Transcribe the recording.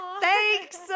Thanks